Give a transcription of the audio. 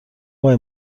آقای